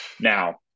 now